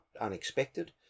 unexpected